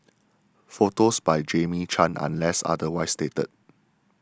photos by Jamie Chan unless otherwise stated